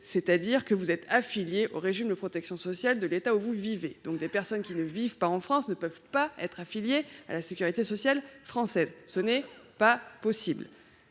demandeur est affiliée au régime de protection sociale de l’État où elle réside. Des personnes qui ne vivent pas en France ne peuvent donc pas être affiliées à la sécurité sociale française. Ce n’est pas possible.